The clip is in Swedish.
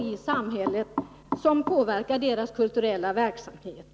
Är utbildningsministern beredd att medverka till detta?